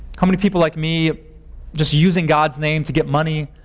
how many people like me just using god's name to get money,